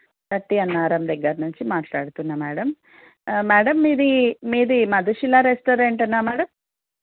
గడ్డి అన్నారం దగ్గర నుంచి మాట్లాడుతున్న మ్యాడమ్ మ్యాడమ్ మీది మీది మధుశీల రెస్టారెంటేనా మ్యాడమ్